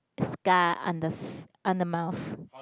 scar on the on the mouth